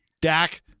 Dak